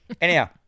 Anyhow